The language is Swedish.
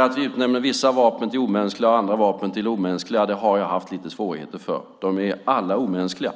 Att vi utnämner vissa vapen till omänskliga och andra till mänskliga har jag haft lite svårigheter med. De är alla omänskliga.